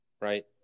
right